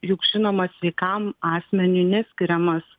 juk žinoma sveikam asmeniui neskiriamas